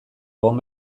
egon